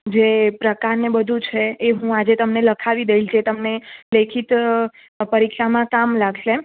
જે પ્રકાર અને બધુ છે એ હું આજે તમને લખાવી દઈશ જે તમને લેખિત પરીક્ષામાં કામ લાગશે